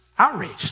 outraged